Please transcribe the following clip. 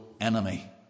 enemy